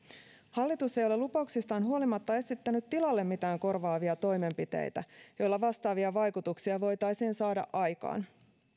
hallitus ei ole lupauksistaan huolimatta esittänyt tilalle mitään korvaavia toimenpiteitä joilla vastaavia vaikutuksia voitaisiin saada aikaan